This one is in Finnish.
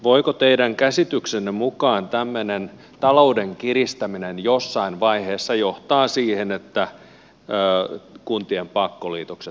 voiko teidän käsityksenne mukaan tämmöinen talouden kiristäminen jossain vaiheessa johtaa siihen että kuntien pakkoliitokset toteutetaan